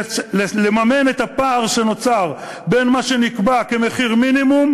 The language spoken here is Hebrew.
לממן את הפער שנוצר בין מה שנקבע כמחיר מינימום,